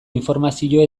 informazio